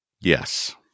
Yes